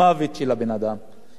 יכולים להציל את החיים שלו.